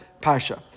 parsha